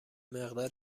مقدار